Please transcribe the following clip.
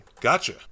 gotcha